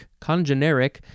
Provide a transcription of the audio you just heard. congeneric